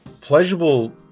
pleasurable